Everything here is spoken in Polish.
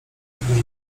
tegoż